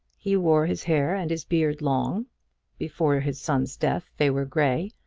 he wore his hair and his beard long before his son's death they were grey,